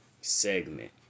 segment